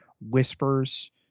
whispers